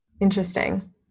Interesting